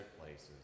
places